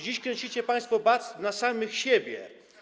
Dziś kręcicie państwo bat na samych siebie.